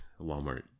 Walmart